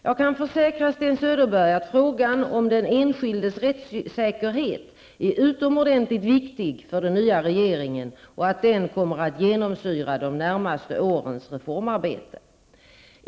Jag kan försäkra Sten Söderberg att frågan om den enskildes rättssäkerhet är utomordentligt viktig för den nya regeringen och att den kommer att genomsyra de närmaste årens reformarbete.